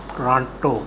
Toronto